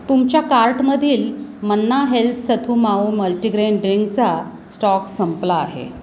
तुमच्या कार्टमधील Manna health Sathu Maavu multigrain ड्रिंकचा स्टॉक संपला आहे